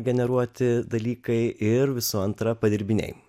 generuoti dalykai ir visų antra padirbiniai